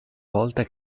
volta